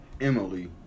Emily